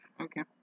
okay